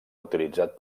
utilitzat